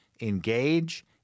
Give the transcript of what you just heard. engage